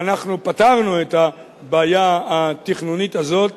ואנחנו פתרנו את הבעיה התכנונית הזאת